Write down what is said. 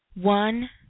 One